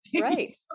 Right